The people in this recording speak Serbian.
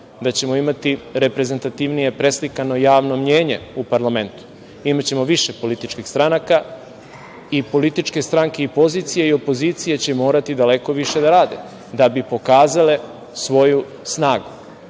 da ćemo imati reprezentativnije preslikano javno mnjenje u parlamentu, imaćemo više političkih stranaka i političke stranke i pozicije i opozicije će morati daleko više da rade da bi pokazale svoju snagu,